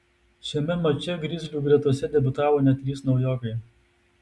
šiame mače grizlių gretose debiutavo net trys naujokai